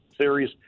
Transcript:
Series